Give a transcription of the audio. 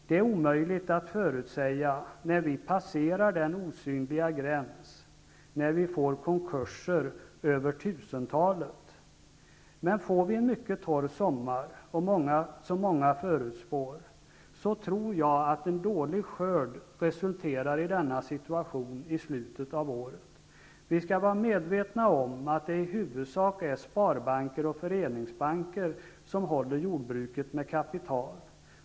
Det är omöjligt att förutsäga när vi passerar den osynliga gräns som ger fler än 1 000 konkurser. Om vi får en mycket torr sommar -- som många förutspår -- tror jag att en dålig skörd resulterar i denna situation i slutet av året. Vi skall vara medvetna om att det i huvudsak är sparbanker och föreningsbanker som håller jordbruket med kapital.